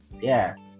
Yes